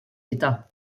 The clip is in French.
état